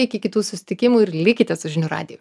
iki kitų susitikimų ir likite su žinių radiju